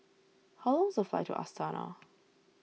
how long the flight to Astana